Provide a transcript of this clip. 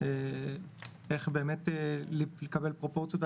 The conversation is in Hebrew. איך לקבל פרופורציות.